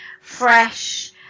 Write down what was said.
fresh